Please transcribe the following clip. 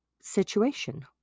situation